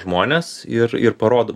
žmonės ir ir parodo